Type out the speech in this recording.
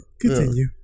Continue